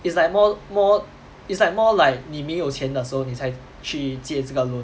it's like more more it's like more like 你没有钱的时候你才去借这个 loan